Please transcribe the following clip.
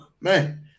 man